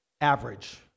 average